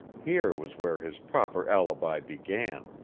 here was where his proper alibi began,